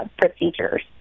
procedures